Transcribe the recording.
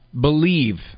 believe